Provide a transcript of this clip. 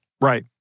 Right